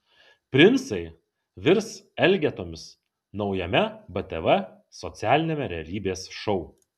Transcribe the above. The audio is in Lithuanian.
princai virs elgetomis naujame btv socialiniame realybės šou